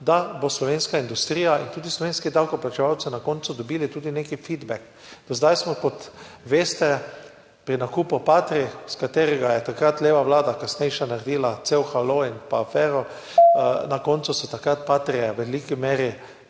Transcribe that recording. bodo slovenska industrija in tudi slovenski davkoplačevalci na koncu dobili neki feedback. Do zdaj smo, kot veste, pri nakupu patrij, iz katerega je takrat kasnejša leva vlada naredila cel halo in afero – na koncu so takrat patrie v veliki meri